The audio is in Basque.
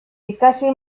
ikasi